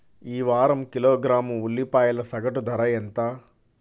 ఈ వారం కిలోగ్రాము ఉల్లిపాయల సగటు ధర ఎంత?